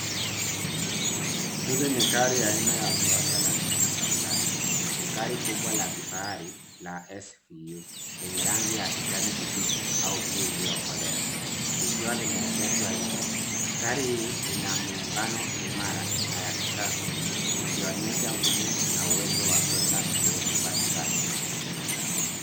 Hili ni gari aina ya Toyota Land cruiser Prado (cs). Ni gari kubwa la kifahari la SVU(cs) lenye rangi ya kijani kibichi au bluu iliyokolea, likiwa limeegeshwa nje. Gari hii lina muungano imara na ya kisasa, likionyesha nguvu na uwezo wa kuenda sehemu mbalimbali.